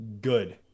good